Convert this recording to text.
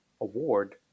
award